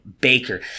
Baker